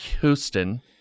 Houston